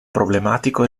problematico